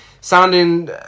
sounding